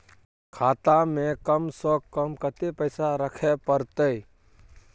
खाता में कम से कम कत्ते पैसा रखे परतै?